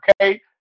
okay